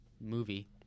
movie